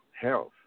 health